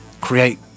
create